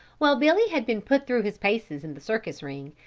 while billy had been put through his paces in the circus ring,